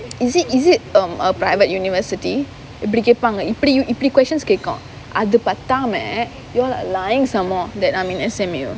is it is it um a private university இப்டி கேப்பாங்க இப்டி இப்டி:ipdi keppaanga ipdi ipdi questions கேக்கும் அது பத்தாம:kekkum athu patthaama you all are lying some more that I'm in S_M_U